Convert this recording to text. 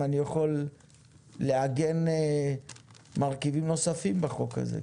אם אני יכול לעגן מרכיבים נוספים בחוק הזה.